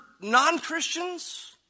non-Christians